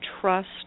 trust